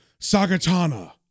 Sagatana